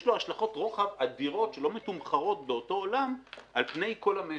יש לו השלכות רוחב אדירות שלא מתומחרות באותו עולם על פני כל המשק.